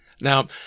Now